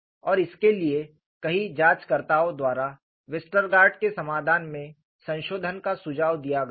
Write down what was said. और इसके लिए कई जांचकर्ताओं द्वारा वेस्टरगार्ड के समाधान में संशोधन का सुझाव दिया गया था